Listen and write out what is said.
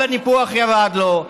כל הניפוח ירד לו.